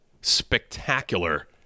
spectacular